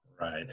Right